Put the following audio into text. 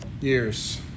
years